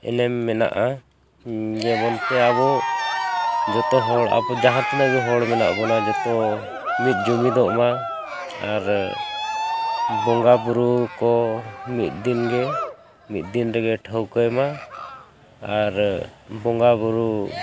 ᱮᱱᱮᱢ ᱢᱮᱱᱟᱜᱼᱟ ᱡᱮᱢᱚᱱᱛᱮ ᱟᱵᱚ ᱡᱚᱛᱚ ᱦᱚᱲ ᱟᱵᱚ ᱡᱟᱦᱟᱸ ᱛᱤᱱᱟᱹᱜᱼᱜᱮ ᱦᱚᱲ ᱢᱮᱱᱟᱜ ᱵᱚᱱᱟ ᱡᱚᱛᱚ ᱢᱤᱫ ᱡᱩᱢᱤᱫᱚᱜᱼᱢᱟ ᱟᱨ ᱵᱚᱸᱜᱟ ᱵᱩᱨᱩ ᱠᱚ ᱢᱤᱫ ᱫᱤᱱᱜᱮ ᱢᱤᱫ ᱫᱤᱱ ᱨᱮᱜᱮ ᱴᱷᱟᱹᱣᱠᱟᱹᱭᱼᱢᱟ ᱟᱨ ᱵᱚᱸᱜᱟ ᱵᱩᱨᱩ